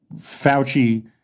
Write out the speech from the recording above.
Fauci